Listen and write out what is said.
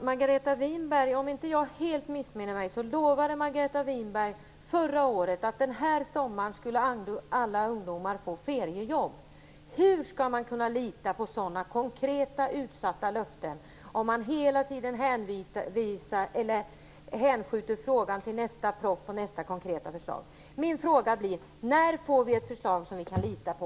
Herr talman! Om jag inte helt missminnner mig lovade Margareta Winberg förra året att alla ungdomar skulle få feriejobb denna sommar. Hur skall man kunna lita på sådana konkreta löften när frågan hela tiden hänskjuts till nästa proposition och nästa konkreta förslag? Min fråga blir: När får vi ett förslag som vi kan lita på?